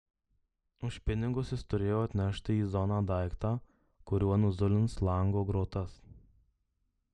už pinigus jis turėjo atnešti į zoną daiktą kuriuo nuzulins lango grotas